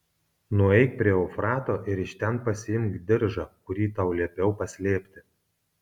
nueik prie eufrato ir iš ten pasiimk diržą kurį tau liepiau paslėpti